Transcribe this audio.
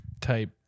type